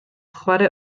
chware